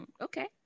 okay